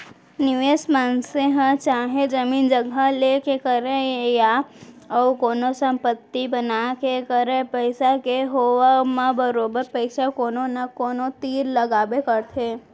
निवेस मनसे ह चाहे जमीन जघा लेके करय या अउ कोनो संपत्ति बना के करय पइसा के होवब म बरोबर पइसा कोनो न कोनो तीर लगाबे करथे